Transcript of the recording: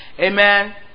Amen